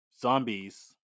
zombies